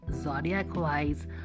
zodiac-wise